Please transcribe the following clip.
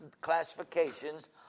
classifications